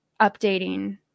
updating